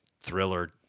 thriller